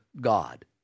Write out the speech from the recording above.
God